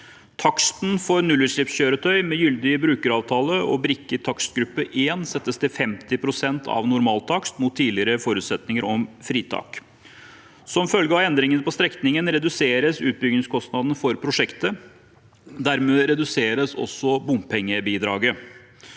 Taksten for nullutslippskjøretøy med gyldig brukeravtale og brikke i takstgruppe 1 settes til 50 pst. av normaltakst mot tidligere forutsetning om fritak. Som følge av endringen på strekningen reduseres utbyggingskostnaden for prosjektet. Dermed reduseres også bompengebidraget.